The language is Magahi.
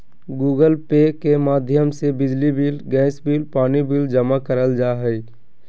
गूगल पे के माध्यम से बिजली बिल, गैस बिल, पानी बिल जमा करल जा हय